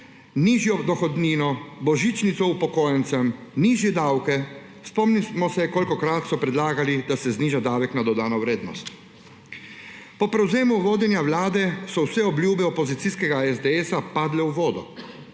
nižjo dohodnino, božičnico upokojencem, nižje davke. Spomnimo se, kolikokrat so predlagali, da se zniža davek na dodano vrednost. Po prevzemu vodenja vlade so vse obljube opozicijske SDS padle v vodo,